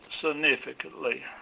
significantly